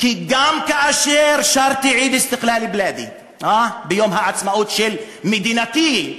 כי גם כאשר שרתי "עיד איסתיקלאל בילאדי" ביום העצמאות של מדינתי,